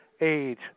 age